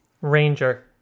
ranger